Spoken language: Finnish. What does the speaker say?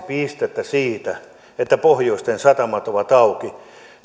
pistettä siitä että pohjoisen satamat ovat auki